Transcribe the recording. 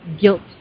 guilt